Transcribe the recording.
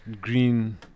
Green